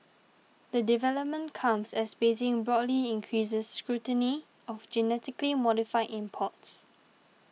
the development comes as Beijing broadly increases scrutiny of genetically modified imports